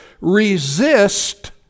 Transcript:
Resist